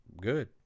Good